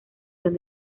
son